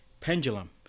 pendulum